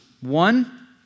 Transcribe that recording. One